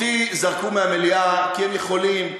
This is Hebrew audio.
אותי זרקו מהמליאה, כי הם יכולים,